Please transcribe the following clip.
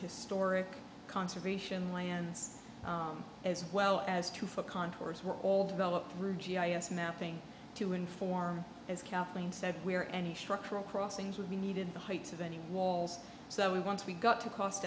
historic conservation lands as well as two for contours were all developed through g i s mapping to inform as kathleen said where any structural crossings would be needed the heights of any walls so once we got to cost